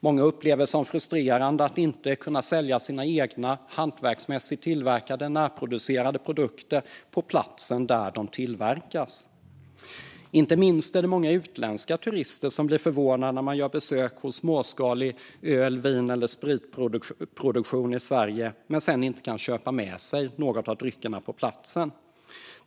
Många upplever det som frustrerande att inte kunna sälja sina egna hantverksmässigt tillverkade och närproducerade produkter på platsen där de tillverkas. Inte minst är det många utländska turister som blir förvånade när de besöker småskaliga öl, vin eller spritproducenter i Sverige och sedan inte kan köpa med sig dryckerna på plats.